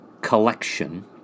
collection